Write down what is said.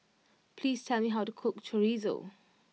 please tell me how to cook Chorizo